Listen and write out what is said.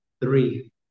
three